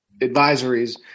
advisories